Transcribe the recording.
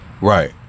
Right